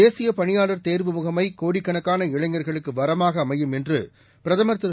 தேசிய பணியாளர் தேர்வு முகமை கோடிக்கணக்கான இளைஞர்களுக்கு வரமாக அமையும் என்று பிரதமர் திரு